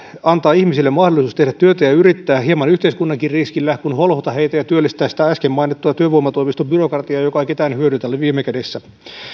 antaa ihmisille mahdollisuus tehdä työtä ja yrittää hieman yhteiskunnankin riskillä kuin holhota heitä ja työllistää sitä äsken mainittua työvoimatoimiston byrokratiaa joka ei ketään hyödytä viime kädessä